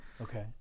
Okay